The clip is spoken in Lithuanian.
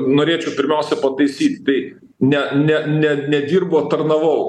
norėčiau pirmiausia pataisyt tai ne ne ne ne dirbau o tarnavau